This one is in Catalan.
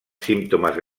símptomes